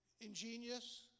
ingenious